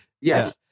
yes